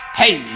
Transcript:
hey